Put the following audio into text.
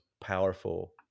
powerful